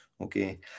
Okay